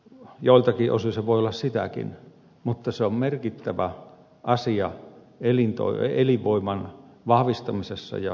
joiltakin osin se voi olla sitäkin mutta se on merkittävä asia elinvoiman vahvistamisessa ja käynnistämisessä